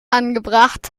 angebracht